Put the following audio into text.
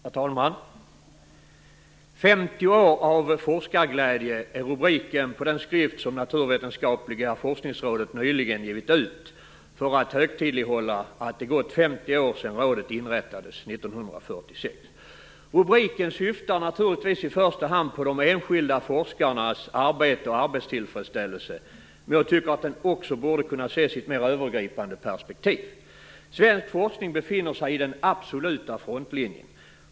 Herr talman! "Femtio år av forskarglädje" är rubriken på den skrift som Naturvetenskapliga forskningsrådet nyligen givit ut för att högtidlighålla att det gått 50 år sedan rådet inrättades 1946. Rubriken syftar naturligtvis i första hand på de enskilda forskarnas arbete och arbetstillfredsställelse. Men jag tycker att den också borde kunna ses i ett mera övergripande perspektiv. Svensk forskning befinner sig i den absoluta frontlinjen.